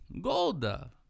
Golda